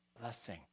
blessing